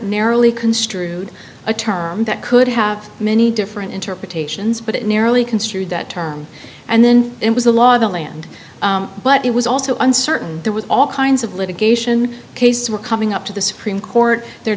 narrowly construed a term that could have many different interpretations but it narrowly construed that term and then it was the law of the land but it was also uncertain there was all kinds of litigation case were coming up to the supreme court the